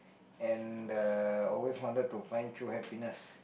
and always wanted to find through happiness